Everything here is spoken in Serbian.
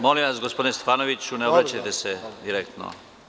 Molim vas, gospodine Stefanoviću, ne obraćajte se direktno.